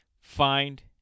find